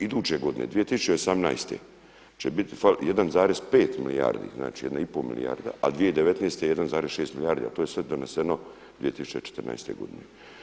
Iduće godine 2018. će biti 1,5 milijardi, znači 1,5 milijarda a 2019. 1,6 milijardi a to je sve doneseno 2014. godine.